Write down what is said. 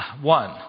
One